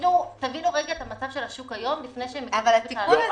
שתבינו את המצב של השוק היום לפני --- אבל התיקון הזה